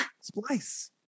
Splice